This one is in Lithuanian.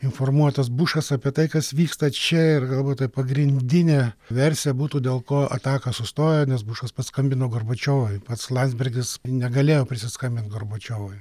informuotas bušas apie tai kas vyksta čia ir galbūt tai pagrindinė versija būtų dėl ko ataka sustojo nes bušas paskambino gorbačiovui pats landsbergis negalėjo prisiskambint gorbačiovui